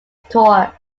tour